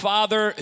Father